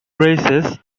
races